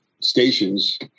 stations